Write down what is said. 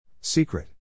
Secret